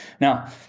Now